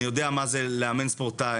אני יודע מה זה לאמן ספורטאי.